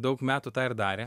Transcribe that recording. daug metų tą ir darė